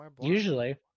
Usually